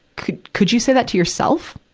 could could you say that to yourself?